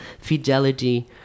fidelity